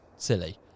silly